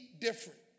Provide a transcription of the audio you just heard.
different